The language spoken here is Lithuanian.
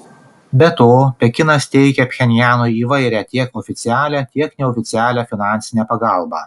be to pekinas teikia pchenjanui įvairią tiek oficialią tiek neoficialią finansinę pagalbą